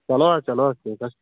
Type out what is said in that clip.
چلو حظ چلو حظ ٹھیٖکھ حظ چھُ